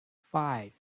five